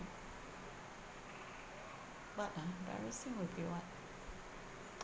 what ah embarrassing would be what